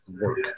work